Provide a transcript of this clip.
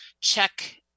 check